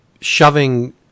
shoving